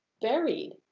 buried